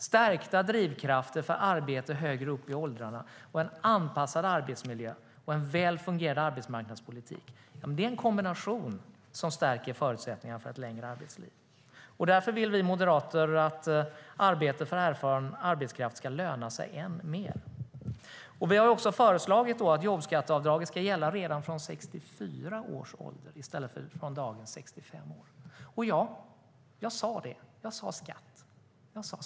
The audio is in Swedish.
Stärkta drivkrafter för arbete högre upp i åldrarna, en anpassad arbetsmiljö och en väl fungerande arbetsmarknadspolitik är en kombination som stärker förutsättningarna för ett längre arbetsliv, och därför vill vi moderater att arbete för erfaren arbetskraft ska löna sig ännu mer. Vi har också föreslagit att jobbskatteavdraget ska gälla redan från 64 års ålder i stället för från dagens 65 år. Ja, jag sa "skatt".